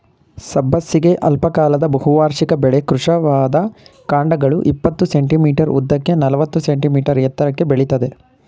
ಸಬ್ಬಸಿಗೆ ಅಲ್ಪಕಾಲದ ಬಹುವಾರ್ಷಿಕ ಬೆಳೆ ಕೃಶವಾದ ಕಾಂಡಗಳು ಇಪ್ಪತ್ತು ಸೆ.ಮೀ ಉದ್ದಕ್ಕೆ ನಲವತ್ತು ಸೆ.ಮೀ ಎತ್ತರಕ್ಕೆ ಬೆಳಿತದೆ